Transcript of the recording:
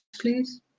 please